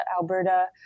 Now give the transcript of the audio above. Alberta